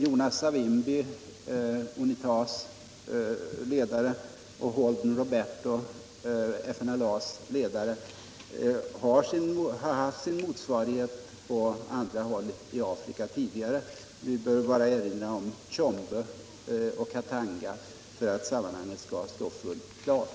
Jonas Savimbi, UNITA:s ledare, och Holden Roberto, FNLA:s ledare, har haft sin motsvarighet på andra håll i Afrika tidigare. Vi behöver bara erinra om Tchombe och Katanga för att sammanhanget skall stå fullt klart.